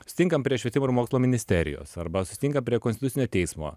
susitinkam prie švietimo ir mokslo ministerijos arba susitinkam prie konstitucinio teismo